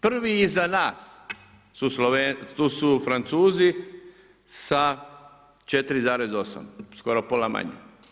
Prvi iza nas tu su Francuzi sa 4,8, skoro pola manje.